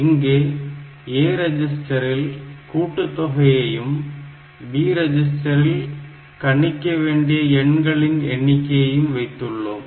இங்கே A ரிஜிஸ்டரில் கூட்டுத் தொகையையும் B ரெஜிஸ்டரில் கணிக்கவேண்டிய எண்களின் எண்ணிக்கையையும் வைத்துள்ளோம்